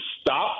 stop